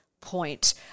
point